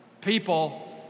People